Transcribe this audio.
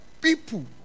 people